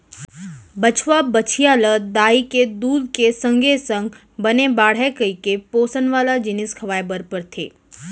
बछवा, बछिया ल दाई के दूद के संगे संग बने बाढ़य कइके पोसन वाला जिनिस खवाए बर परथे